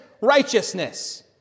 righteousness